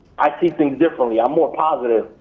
i see things differently. i'm more positive.